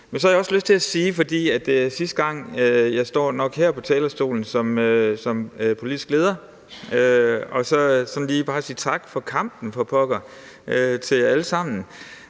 jeg har så også lyst til, for det er nok sidste gang, jeg står her på talerstolen som politisk leder, bare lige at sige tak for kampen, for pokker, til jer alle sammen.